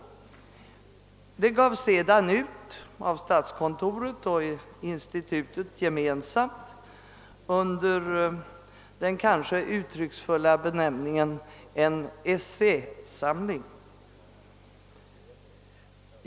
De uppsatserna gavs sedan ut av statskontoret och institutet gemensamt under den uttrycksfulla benämnignen essäsamling.